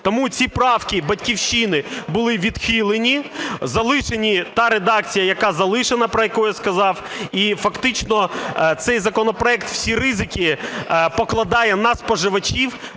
Тому ці правки "Батьківщини" були відхилені. Залишена та редакція, яка залишена, про яку я сказав. І фактично цей законопроект всі ризики покладає на споживачів,